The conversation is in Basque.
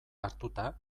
hartuta